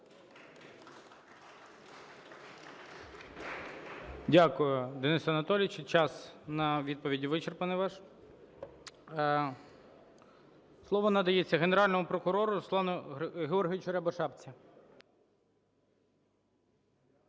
Дякую. Денис Анатолійович, час на відповіді вичерпаний ваш. Слово надається Генеральному прокурору Руслану Георгійовичу Рябошапці.